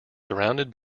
surrounded